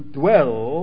dwell